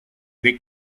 the